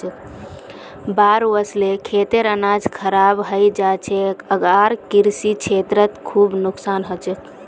बाढ़ वस ल खेतेर अनाज खराब हई जा छेक आर कृषि क्षेत्रत खूब नुकसान ह छेक